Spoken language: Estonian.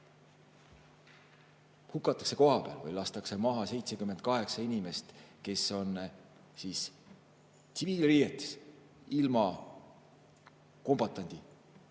hukatakse kohapeal või lastakse maha 78 inimest, kes on tsiviilriietes ja ilma kombatandi